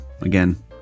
again